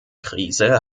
krise